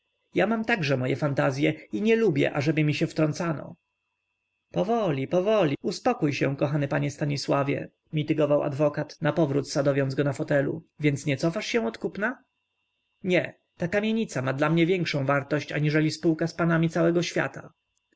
ja mam także moje fantazye i nie lubię ażeby mi się wtrącano powoli powoli uspokój się kochany panie stanisławie mitygował adwokat napowrót sadowiąc go na fotelu więc nie cofasz się od kupna nie ta kamienica ma dla mnie większą wartość aniżeli spółka z panami całego świata